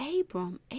Abram